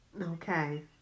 Okay